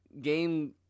game